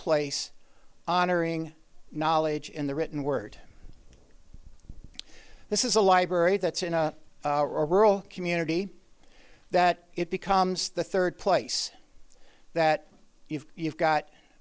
place honoring knowledge in the written word this is a library that's in a rural community that it becomes the third place that you've